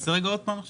תעשה רגע עוד פעם את